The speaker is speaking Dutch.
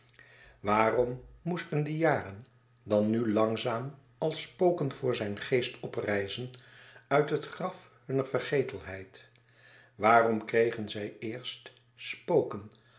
waarom moesten die jaren dan nu langzaam als spoken voor zijn geest oprijzen uit het graf hunner vergetelheid waarom kregen zij eerst spoken